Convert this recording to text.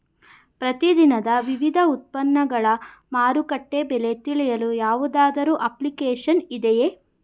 ಪ್ರತಿ ದಿನದ ವಿವಿಧ ಉತ್ಪನ್ನಗಳ ಮಾರುಕಟ್ಟೆ ಬೆಲೆ ತಿಳಿಯಲು ಯಾವುದಾದರು ಅಪ್ಲಿಕೇಶನ್ ಇದೆಯೇ?